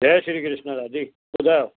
जय श्री कृष्ण दादी ॿुधायो